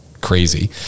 crazy